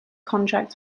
contract